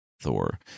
Thor